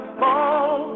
fall